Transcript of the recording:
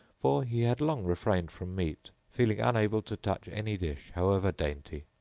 for he had long refrained from meat, feeling unable to touch any dish however dainty.